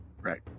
Right